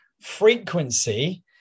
frequency